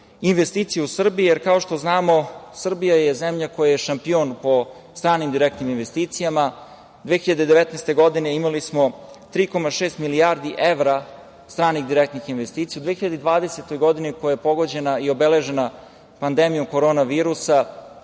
investicija u Srbiji, jer kao što znamo Srbija je zemlja koja je šampion po stranim direktnim investicijama. Godine 2019. imali smo 3,6 milijardi evra stranih direktnih investicija. U 2020. godini koja je pogođena i obeležena pandemijom korona virusa,